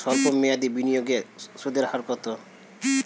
সল্প মেয়াদি বিনিয়োগে সুদের হার কত?